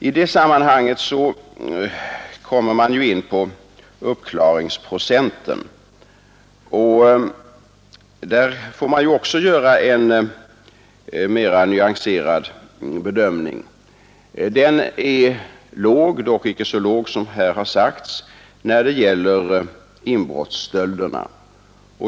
I det sammanhanget kommer man in på uppklaringsprocenten; också där får man göra en mer nyanserad bedömning. Uppklaringsprocenten är låg — dock inte så låg som här har sagts — när det gäller inbrottsstölderna.